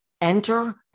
Enter